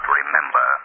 remember